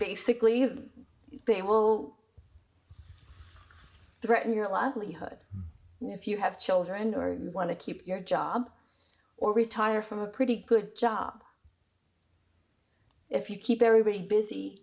basically you will threaten your livelihood if you have children or you want to keep your job or retire from a pretty good job if you keep everybody busy